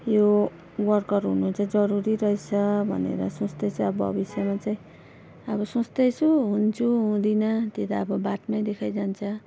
यो वर्कर हुनु चाहिँ जरुरी रहेछ भनेर सोच्दै चाहिँ अब भविष्यमा चाहिँ अब सोच्दैछु हुन्छु हुँदिनँ त्यो त अब बादमै देखाइजान्छ